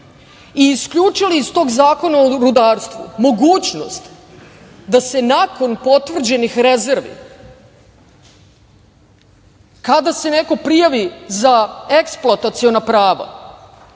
i isključili iz tog Zakona o rudarstvu mogućnost da se nakon potvrđenih rezervi, kada se neko prijavi za eksploataciona prava,